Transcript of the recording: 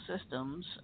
systems